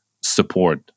support